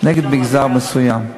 נגד מגזר מסוים.